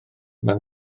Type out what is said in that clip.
mewn